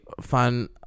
fun